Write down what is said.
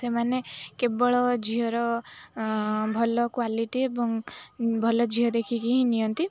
ସେମାନେ କେବଳ ଝିଅର ଭଲ କ୍ଵାଲିଟି ଏବଂ ଭଲ ଝିଅ ଦେଖିକି ହିଁ ନିଅନ୍ତି